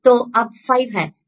तो अब 5 है